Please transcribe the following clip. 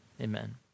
Amen